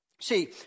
See